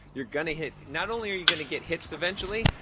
you're going to hit not only are you going to get hits eventually,